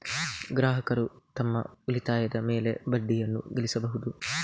ಗ್ರಾಹಕರು ತಮ್ಮ ಉಳಿತಾಯದ ಮೇಲೆ ಬಡ್ಡಿಯನ್ನು ಗಳಿಸಬಹುದು